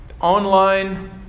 online